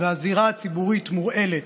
והזירה הציבורית מורעלת.